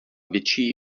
větší